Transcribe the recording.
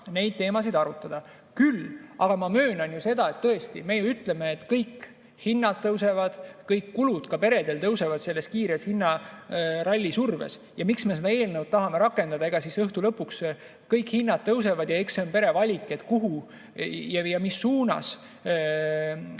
neid teemasid arutada. Küll aga ma möönan seda, et tõesti me ütleme, et kõik hinnad tõusevad, kõik kulud ka peredel tõusevad selle kiire hinnaralli survel. Ja miks me seda eelnõu tahame rakendada? Õhtu lõpuks kõik hinnad tõusevad ja eks see on pere valik, kuhu ja mis suunas